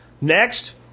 Next